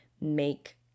make